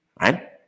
Right